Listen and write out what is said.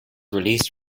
released